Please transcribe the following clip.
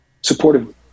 supportive